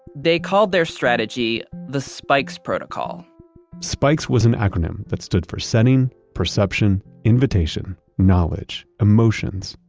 they called their strategy the spikes protocol spikes was an acronym that stood for setting, perception, invitation, knowledge, emotions,